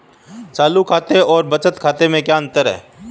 चालू खाते और बचत खाते में क्या अंतर है?